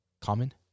Common